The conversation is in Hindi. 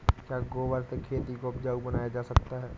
क्या गोबर से खेती को उपजाउ बनाया जा सकता है?